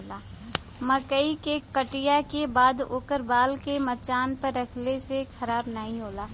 मकई के कटिया के बाद ओकर बाल के मचान पे रखले से खराब नाहीं होला